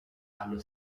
allo